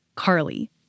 Carly